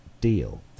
deal